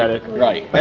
reddit! right,